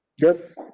Good